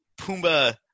Pumbaa